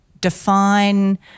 define